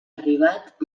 arribat